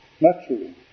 naturally